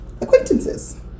acquaintances